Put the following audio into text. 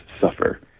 suffer